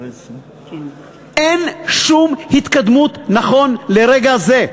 אין שום התקדמות נכון לרגע זה.